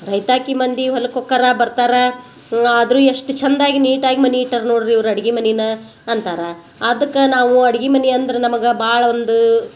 ಬೈತಾಕಿ ಮಂದಿ ಹೊಲಕ್ಕೆ ಹೊಕ್ಕರ ಬರ್ತಾರೆ ಆದರು ಎಷ್ಟು ಚಂದಾಗಿ ನೀಟಾಗಿ ಮನೆ ಇಟ್ಟಾರೆ ನೋಡ್ರಿ ಇವ್ರು ಅಡ್ಗಿ ಮನೆನ ಅಂತಾರೆ ಅದಕ್ಕೆ ನಾವು ಅಡ್ಗಿ ಮನೆ ಅಂದ್ರೆ ನಮಗೆ ಭಾಳ ಒಂದು